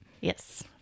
Yes